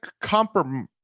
compromise